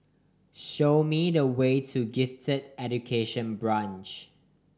show me the way to Gifted Education Branch